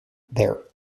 their